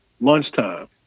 lunchtime